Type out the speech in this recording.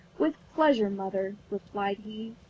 with pleasure, mother replied he.